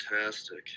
fantastic